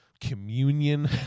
Communion